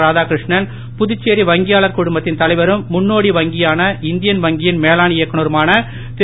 இராதாகிருஷ்ணன் புதுச்சேரி வங்கியாளர் குழுமத்தின் தலைவரும் முன்னோடி வங்கியான இந்தியன் வங்கியின் மேலாண் இயக்குநருமான திரு